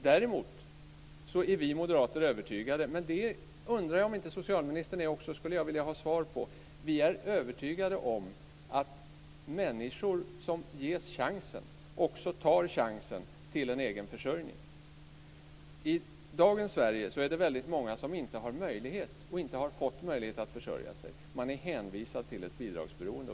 Däremot är vi moderater - och jag undrar om inte socialministern också är det, och det skulle jag vilja ha svar på - övertygade om att människor som ges chansen till en egen försörjning också tar den. I dagens Sverige är det många som inte har möjlighet och som inte har fått möjlighet att försörja sig. Man är hänvisad till ett bidragsberoende.